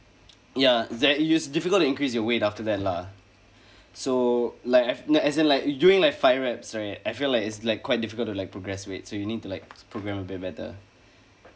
ya that it's difficult to increase your weight after that lah so like I've no as in like during my five reps right I feel it's like quite difficult to like progress weight so you need to like programme would be better